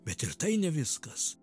bet ir tai ne viskas